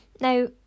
Now